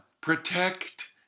Protect